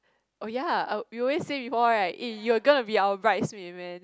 oh ya you always say before right eh you are gonna be our bridesmaid man